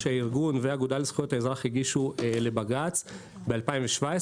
שהארגון והאגודה לזכויות האזרח הגישו לבג"ץ ב-2017.